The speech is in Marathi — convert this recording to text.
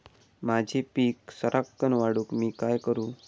माझी पीक सराक्कन वाढूक मी काय करू?